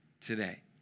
today